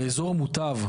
באזור מוטב,